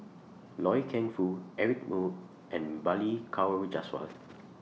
Loy Keng Foo Eric Moo and Balli Kaur Jaswal